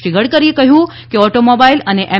શ્રી ગડકરીએ કહ્યું છે કે ઓટોમોબાઇલ અને એમ